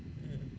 mm